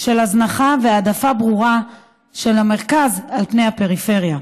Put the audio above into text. של הזנחה והעדפה ברורה של המרכז על פני הפריפריה.